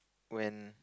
when